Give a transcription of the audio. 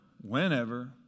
whenever